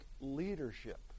leadership